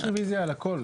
יש רביזיה על הכל.